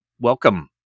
Welcome